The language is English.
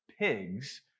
pigs